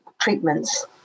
treatments